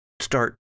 start